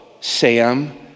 Sam